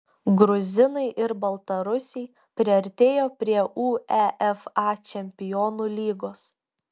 gruzinai ir baltarusiai priartėjo prie uefa čempionų lygos